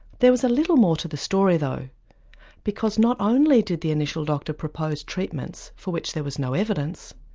there was a little more to the story though because not only did the initial doctor propose treatments for which there was no evidence,